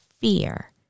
fear